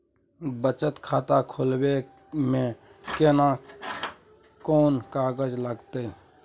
बचत खाता खोलबै में केना कोन कागज लागतै?